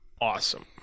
awesome